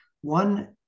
one